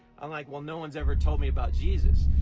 i'm like well no one's ever told me about jesus.